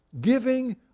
giving